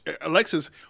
Alexis